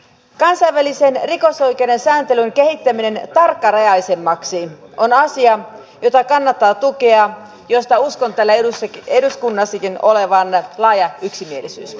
kansainvälisen rikosoikeuden sääntelyn kehittäminen tarkkarajaisemmaksi on asia jota kannattaa tukea ja josta uskon täällä eduskunnassakin olevan laaja yksimielisyys